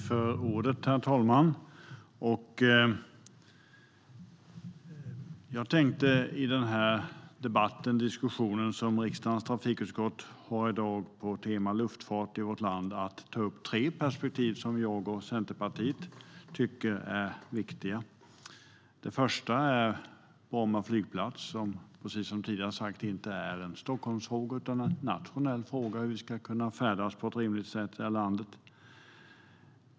Herr talman! I denna diskussion som vi i dag har på temat luftfart tänkte jag ta upp tre perspektiv som jag och Centerpartiet tycker är viktiga. Det första är Bromma flygplats, som, precis som tidigare sagts, inte är en Stockholmsfråga utan en nationell fråga som handlar om hur vi ska kunna färdas på ett rimligt sätt här i landet.